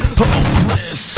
hopeless